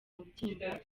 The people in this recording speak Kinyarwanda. mubyimba